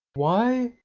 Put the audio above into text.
why,